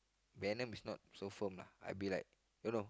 venom is not so firm uh I'll be like don't know